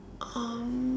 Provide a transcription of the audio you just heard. um